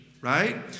Right